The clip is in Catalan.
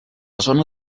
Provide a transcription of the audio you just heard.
zona